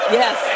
yes